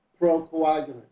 procoagulant